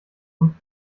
und